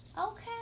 Okay